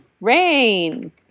Rain